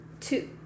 two